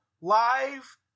live